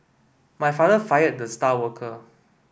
my father fired the star worker